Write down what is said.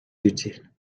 utile